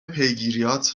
پیگیریات